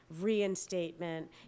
reinstatement